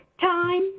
time